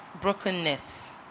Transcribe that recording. brokenness